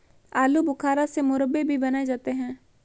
आलू बुखारा से मुरब्बे भी बनाए जाते हैं